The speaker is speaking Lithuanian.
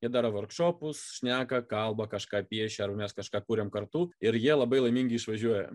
jie daro vorkšopus šneka kalba kažką piešia ar mes kažką kuriam kartu ir jie labai laimingi išvažiuoja